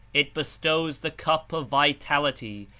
it bestows the cup of vitality,